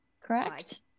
correct